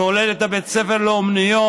כולל את בתי הספר לאומנויות,